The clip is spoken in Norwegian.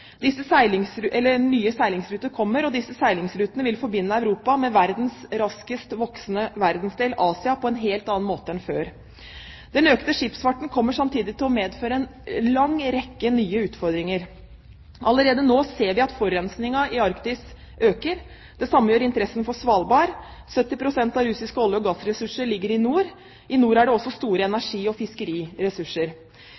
Nye seilingsruter kommer og vil forbinde Europa med verdens raskest voksende verdensdel, Asia, på en helt annen måte enn før. Den økte skipsfarten kommer samtidig til å medføre en lang rekke nye utfordringer. Allerede nå ser vi at forurensingen i Arktis øker. Vi ser at interessen for Svalbard øker. 70 pst. av russiske olje- og gassressurser ligger i nord. I nord er det også store